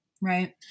Right